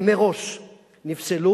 הם מראש נפסלו.